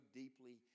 deeply